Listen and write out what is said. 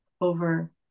over